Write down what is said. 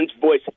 voice